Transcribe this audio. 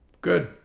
good